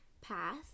path